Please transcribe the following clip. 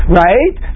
right